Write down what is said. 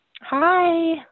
Hi